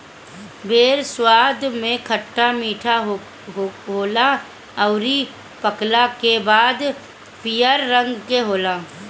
बेर स्वाद में खट्टा मीठा होला अउरी पकला के बाद पियर रंग के होला